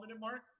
mark